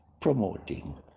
promoting